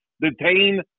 Detain